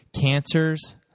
cancers